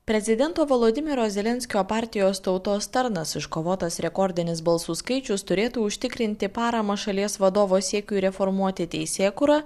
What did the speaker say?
prezidento volodymyro zelenskio partijos tautos tarnas iškovotas rekordinis balsų skaičius turėtų užtikrinti paramą šalies vadovo siekiui reformuoti teisėkūrą